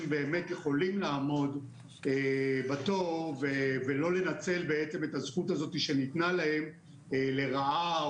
באמת יכולים לעמוד בתור ולא לנצל את הזכות שניתנה להם לרעה,